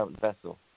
vessel